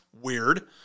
weird